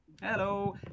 Hello